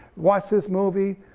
watch this movie,